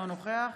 אינו נוכח